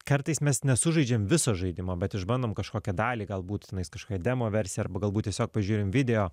kartais mes nesužaidžiam viso žaidimo bet išbandom kažkokią dalį galbūt tenais kaškokią demo versiją arba galbūt tiesiog pažiūrim video